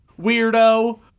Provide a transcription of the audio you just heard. weirdo